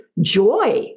joy